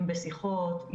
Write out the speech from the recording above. אם בשיחות,